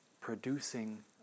producing